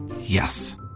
Yes